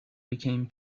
became